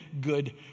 good